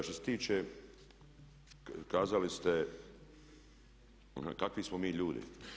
Što se tiče, kazali ste kakvi smo mi ljudi.